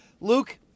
Luke